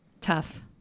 Tough